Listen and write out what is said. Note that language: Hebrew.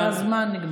כי הזמן נגמר.